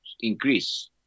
increase